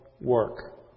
work